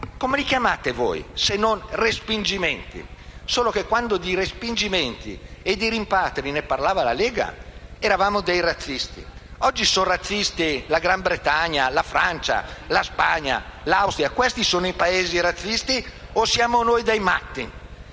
Come li chiamate voi se non respingimenti? Solo che, quando di respingimenti e di rimpatri ne parlava la Lega, eravamo dei razzisti, mentre oggi sono razzisti la Gran Bretagna, la Francia, la Spagna, l'Austria. Questi sono i Paesi razzisti o siamo noi dei matti?